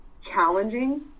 challenging